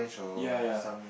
ya ya